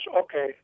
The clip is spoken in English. okay